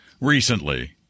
recently